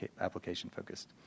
application-focused